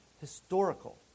historical